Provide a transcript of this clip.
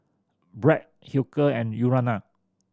Bragg Hilker and Urana